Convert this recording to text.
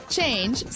Change